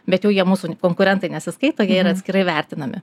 bet jau jie mūsų konkurentai nesiskaito jie yra atskirai vertinami